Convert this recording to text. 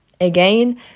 Again